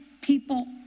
people